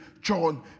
John